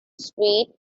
street